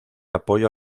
apoyo